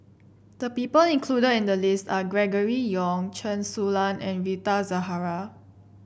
the people included in the list are Gregory Yong Chen Su Lan and Rita Zahara